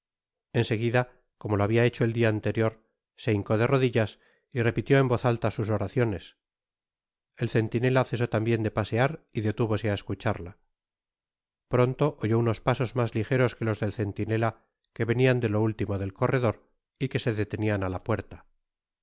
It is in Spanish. seguida como lo habia hecho el dia anterior se hincó de rodillas y repitió en voz alta sus oraciones el centinela cesó tambien de pasear y detúvose á escucharla pronto oyó unos pasos mas ligeros que los del centinela que venian de lo último del corredor y que se detenian á la puerta el